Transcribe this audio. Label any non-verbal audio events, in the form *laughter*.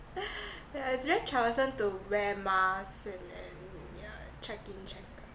*laughs* yeah it's very troublesome to wear mask and then yeah check in check out